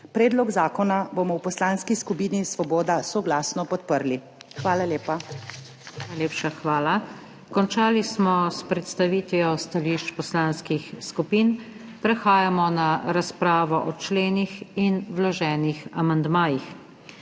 Predlog zakona bomo v Poslanski skupini Svoboda soglasno podprli. Hvala lepa. **PODPREDSEDNICA NATAŠA SUKIČ:** Najlepša hvala. Končali smo s predstavitvijo stališč poslanskih skupin. Prehajamo na razpravo o členih in vloženih amandmajih.